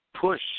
push